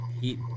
Heat